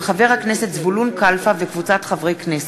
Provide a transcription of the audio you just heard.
מאת חבר הכנסת זבולון כלפה וקבוצת חברי הכנסת.